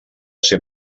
ser